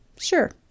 Sure